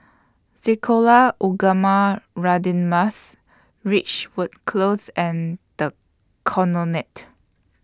Sekolah Ugama Radin Mas Ridgewood Close and The Colonnade